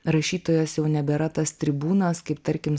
rašytojas jau nebėra tas tribūnas kaip tarkim